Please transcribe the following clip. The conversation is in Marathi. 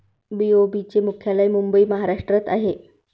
बी.ओ.बी चे मुख्यालय मुंबई महाराष्ट्रात आहे